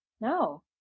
No